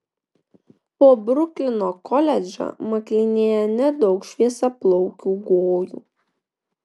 po bruklino koledžą maklinėja nedaug šviesiaplaukių gojų